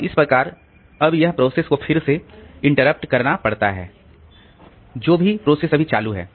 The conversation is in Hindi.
और इस प्रकार अब यह प्रोसेस को फिर से बाधित करना पड़ता है जो भी प्रोसेस अभी चालू है